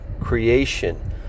creation